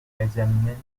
examined